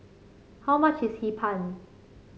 how much is Hee Pan